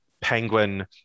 Penguin